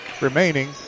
remaining